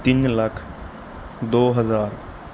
ਤਿੰਨ ਲੱਖ ਦੋ ਹਜ਼ਾਰ